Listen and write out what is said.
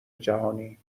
جهانی